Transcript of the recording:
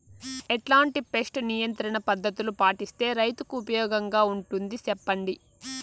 ఎట్లాంటి పెస్ట్ నియంత్రణ పద్ధతులు పాటిస్తే, రైతుకు ఉపయోగంగా ఉంటుంది సెప్పండి?